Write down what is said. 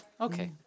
Okay